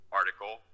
article